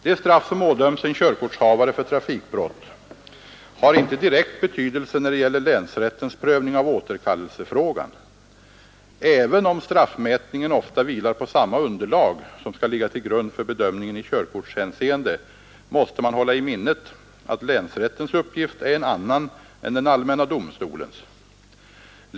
Det straff som ådöms en körkortshavare för trafikbrott har inte direkt betydelse när det gäller länsrättens prövning av återkallelsefrågan. Även om straffmätningen ofta vilar på samma underlag som skall ligga till grund för bedömningen i körkortshänseende, måste man hålla i minnet att länsrättens uppgift är en annan än den allmänna domstolens.